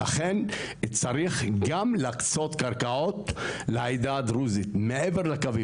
ולכן צריך גם להקצות קרקעות לעדה הדרוזית מעבר לקווים.